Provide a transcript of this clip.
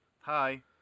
Hi